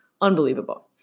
unbelievable